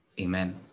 Amen